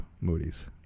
Moody's